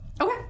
Okay